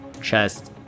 chest